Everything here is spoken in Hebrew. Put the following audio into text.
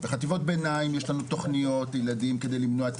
בחטיבות ביניים יש לנו תכניות לילדים כדי למנוע את